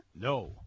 No